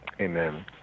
amen